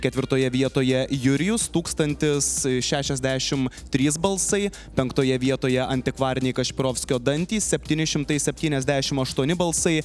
ketvirtoje vietoje jurijus tūkstantis šešiasdešimt trys balsai penktoje vietoje antikvariniai kašpirovskio dantys septyni šimtai septyniasdešimt aštuoni balsai